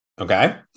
Okay